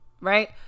right